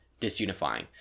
disunifying